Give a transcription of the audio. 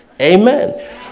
Amen